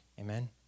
Amen